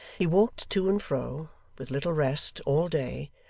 he walked to and fro, with little rest, all day,